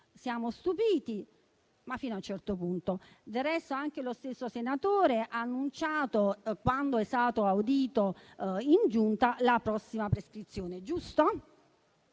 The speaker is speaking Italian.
Siamo stupiti, ma fino a un certo punto. Del resto, anche lo stesso senatore ha annunciato, quando è stato audito in Giunta, la prossima prescrizione. È giusto?